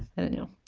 i don't know